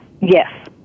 yes